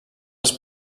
als